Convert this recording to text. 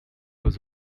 was